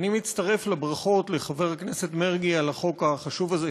אני מצטרף לברכות לחבר הכנסת מרגי על החוק החשוב הזה,